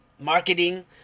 marketing